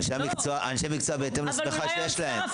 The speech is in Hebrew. אנשי מקצוע בהתאם להסמכה שיש להם.